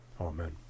Amen